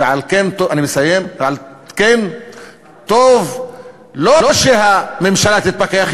ועל כן טוב לא שהממשלה תתפכח,